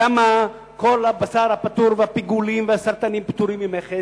למה כל הבשר פטור והפיגולים והסרטנים פטורים ממכס,